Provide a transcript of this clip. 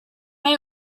may